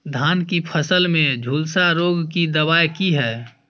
धान की फसल में झुलसा रोग की दबाय की हय?